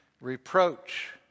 Reproach